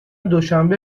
دوشنبه